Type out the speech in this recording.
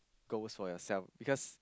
goes for yourself because